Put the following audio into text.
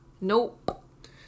Nope